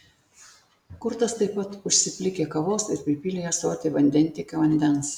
kurtas taip pat užsiplikė kavos ir pripylė į ąsotį vandentiekio vandens